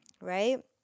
right